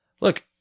look